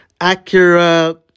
Acura